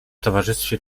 towarzystwie